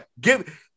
Give